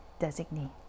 designee